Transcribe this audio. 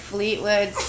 Fleetwood